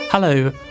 Hello